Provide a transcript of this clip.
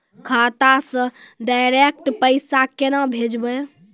खाता से डायरेक्ट पैसा केना भेजबै?